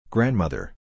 Grandmother